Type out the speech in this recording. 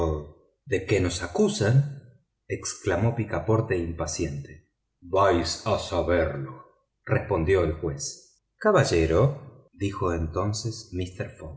de qué nos acusan exclamó picaporte impaciente vais a saberlo respondió el juez caballero dijo entonces mister